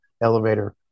elevator